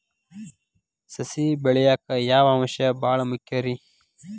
ಸಸಿ ಬೆಳೆಯಾಕ್ ಯಾವ ಅಂಶ ಭಾಳ ಮುಖ್ಯ ರೇ?